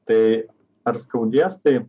tai ar skaudės tai